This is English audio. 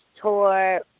tour